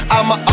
I'ma